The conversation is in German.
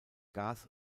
gas